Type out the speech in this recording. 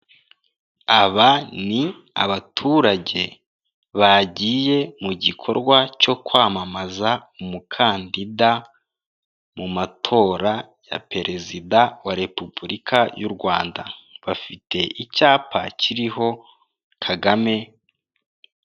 Aba ni abaturage bagiye mu gikorwa cyo kwamamaza umukandida mu matora ya perezida wa repubulika y'u Rwanda, bafite icyapa kiriho Kagame.